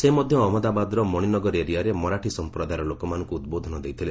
ସେ ମଧ୍ୟ ଅହଞ୍ଚମଦାବାଦର ମଣିନଗର ଏରିଆରେ ମରାଠୀ ସମ୍ପ୍ରଦାୟର ଲୋକମାନଙ୍କୁ ଉଦ୍ବୋଧନ ଦେଇଥିଲେ